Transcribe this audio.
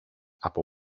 από